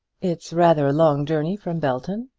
it's rather a long journey from belton.